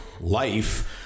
life